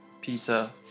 pizza